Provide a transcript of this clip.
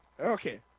okay